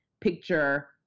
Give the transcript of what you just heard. picture